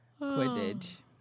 Quidditch